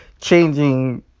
changing